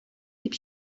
дип